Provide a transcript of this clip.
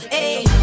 ayy